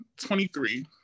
23